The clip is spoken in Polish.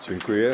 Dziękuję.